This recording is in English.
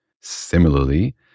Similarly